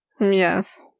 Yes